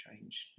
changed